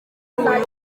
uyu